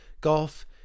golf